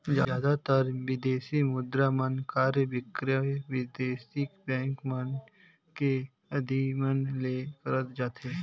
जादातर बिदेसी मुद्रा मन क्रय बिक्रय बिदेसी बेंक मन के अधिमन ले करत जाथे